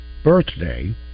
Birthday